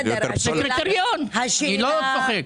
זה קריטריון, אני לא צוחק.